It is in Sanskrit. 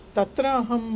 तत्र अहम्